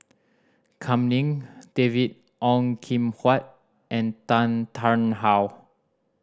Kam Ning David Ong Kim Huat and Tan Tarn How